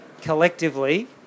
collectively